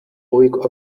ruhig